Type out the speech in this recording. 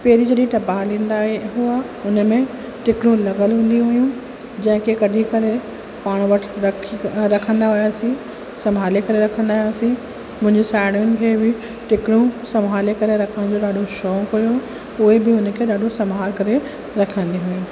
पहिरीं जॾहिं टपाल ईंदा हुआ हुन में टिकलूं लॻल हुंदियूं हुयूं जंहिं खे कढी करे पाणि वटि रखी रखंदा हुआसीं संभाले करे रखंदा हुआसीं मुंहिंजे साहेड़ियुनि खे बि टिकलूं संभाले करे रखण जो ॾाढो शौक़ु हुओ उहे बि हुनखे ॾाढो संभाले करे रखंदियूं हुयूं